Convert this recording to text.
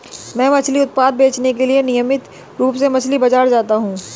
मैं मछली उत्पाद बेचने के लिए नियमित रूप से मछली बाजार जाता हूं